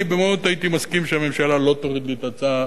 אני הייתי מסכים שהממשלה לא תוריד לי את ההצעה